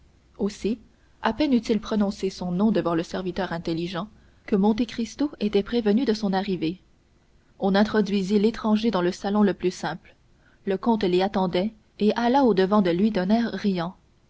aussi à peine eut-il prononcé son nom devant le serviteur intelligent que monte cristo était prévenu de son arrivée on introduisit l'étranger dans le salon le plus simple le comte l'y attendait et alla au-devant de lui d'un air riant